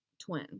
twin